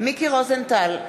מיקי רוזנטל,